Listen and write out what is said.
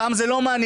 אותם זה לא מענין.